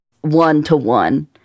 one-to-one